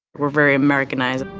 we're very americanized.